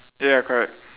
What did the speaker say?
ya correct